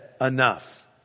enough